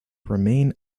remain